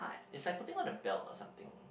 is like putting on a belt or something